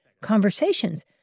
conversations